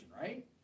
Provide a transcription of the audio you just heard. right